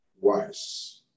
wise